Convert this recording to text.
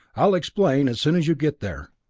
i'll explain as soon as you get there.